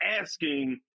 asking